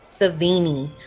Savini